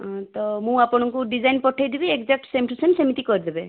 ହଁ ତ ମୁଁ ଆପଣଙ୍କୁ ଡିଜାଇନ୍ ପଠେଇଦେବି ଏକ୍ସାଟ୍ ସେମ୍ ଟୁ ସେମ୍ ସେମିତି କରିଦେବେ